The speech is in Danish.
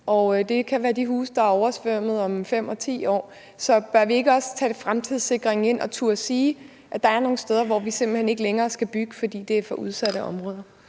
det kan være de huse, der er oversvømmet om 5 og 10 år. Så bør vi ikke også tænke fremtidssikring ind og turde sige, at der er nogle steder, hvor vi simpelt hen ikke længere skal bygge, fordi det er for udsatte områder?